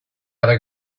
other